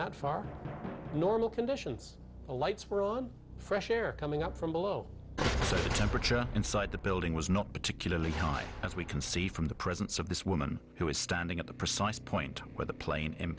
that far normal conditions the lights were on fresh air coming up from below the temperature inside the building was not particularly high as we can see from the presence of this woman who was standing at the precise point where the plane i